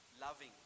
loving